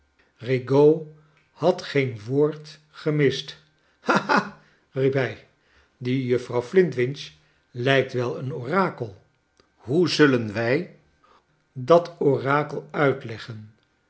had geen woord gemist haha riep hij die juffrouw flintwinch lijkt wei een orakel hoe zullen wij dat orakel uitleggen